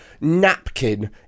napkin